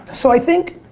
so i think,